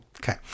Okay